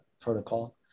protocol